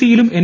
E യിലും N